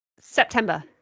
September